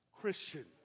Christian